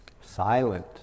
silent